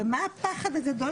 בלי רע"מ.